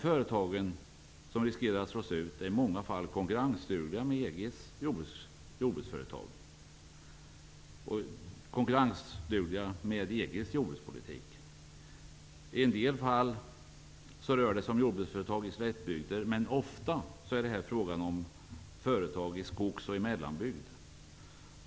Företagen som riskerar att slås ut är i många fall konkurrensdugliga gentemot EG:s jordbruksföretag och konkurrensdugliga med EG:s jordbrukspolitik. I en del fall rör det sig om jordbruksföretag i slättbygder, men ofta är det här fråga om företag i skogs och mellanbygd.